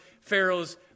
Pharaoh's